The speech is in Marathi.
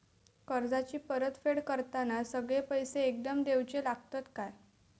कर्जाची परत फेड करताना सगळे पैसे एकदम देवचे लागतत काय?